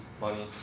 money